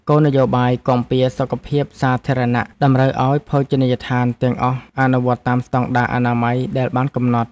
គោលនយោបាយគាំពារសុខភាពសាធារណៈតម្រូវឱ្យភោជនីយដ្ឋានទាំងអស់អនុវត្តតាមស្តង់ដារអនាម័យដែលបានកំណត់។